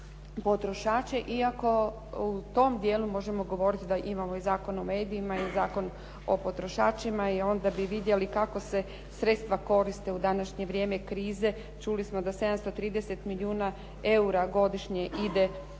na potrošače, iako u tom dijelu možemo govoriti da imamo i Zakon o medijima i Zakon o potrošačima i onda bi vidjeli kako se sredstva koriste u današnje vrijeme krize. Čuli smo da 730 milijuna eura godišnje ide na